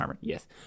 yes